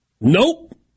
nope